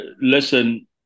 listen